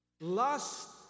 Lust